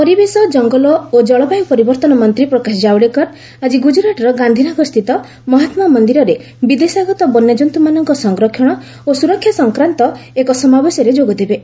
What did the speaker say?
Javadekar COP meeting କେନ୍ଦ୍ର ପରିବେଶ ଜଙ୍ଗଲ ଓ ଜଳବାୟୁ ପରିବର୍ତ୍ତନ ମନ୍ତ୍ରୀ ପ୍ରକାଶ ଜାୱଡେକର ଆଜି ଗୁଜରାଟର ଗାନ୍ଧୀନଗରସ୍ଥିତ ମହାତ୍ମା ମନ୍ଦିରରେ ବିଦେଶାଗତ ବନ୍ୟଜନ୍ତୁମାନଙ୍କ ସଂରକ୍ଷଣ ଓ ସୁରକ୍ଷା ସଂକ୍ରାନ୍ତ ଏକ ସମାବେଶରେ ଯୋଗଦେବେ